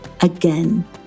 again